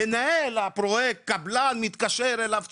מנהל הפרויקט קבלן מתקשר אליו,